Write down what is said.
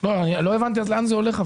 הבנתי לאן זה הולך.